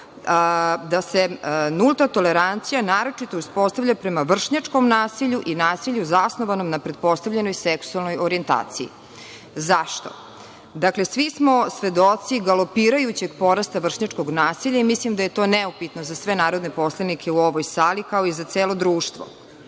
da se nulta tolerancija naročito uspostavlja prema vršnjačkom nasilju i nasilju zasnovanom na pretpostavljenoj seksualnoj orijentaciji. Zašto? Svi smo svedoci galopirajućeg porasta vršnjačkog nasilja i mislim da je to neupitno za sve narodne poslanike u ovoj sali, kao i za celo društvo. Takođe